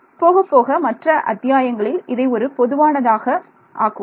போகப்போக மற்ற அத்தியாயங்களில் இதை ஒரு பொதுவானதாக ஆக்குவோம்